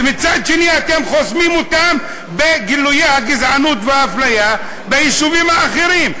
ומצד שני אתם חוסמים אותם בגילויי הגזענות והאפליה ביישובים האחרים.